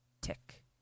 Tick